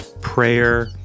prayer